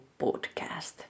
podcast